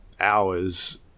hours